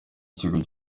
ikigo